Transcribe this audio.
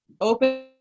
open